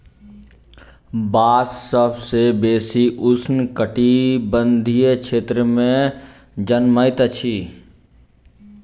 बांस सभ सॅ बेसी उष्ण कटिबंधीय क्षेत्र में जनमैत अछि